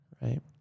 Right